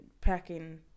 packing